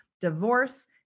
divorce